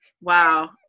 Wow